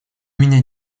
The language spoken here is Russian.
меня